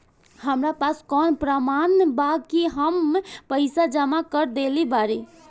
हमरा पास कौन प्रमाण बा कि हम पईसा जमा कर देली बारी?